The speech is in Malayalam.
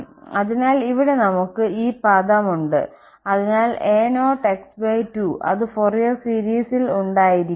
അതിനാൽ ഇവിടെ നമുക്ക് ഈ പദം ഉണ്ട് അതിനാൽ a0x2 അത് ഫൊറിയർ സീരിസിൽ ഉണ്ടായിരിക്കില്ല